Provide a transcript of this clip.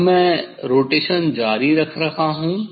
अब मैं रोटेशन जारी रख रहा हूं